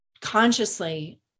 consciously